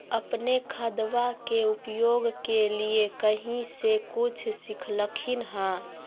अपने खादबा के उपयोग के लीये कही से कुछ सिखलखिन हाँ?